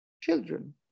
children